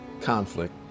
conflict